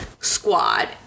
squad